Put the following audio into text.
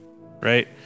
right